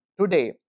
Today